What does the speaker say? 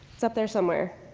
it's up there somewhere.